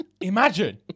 Imagine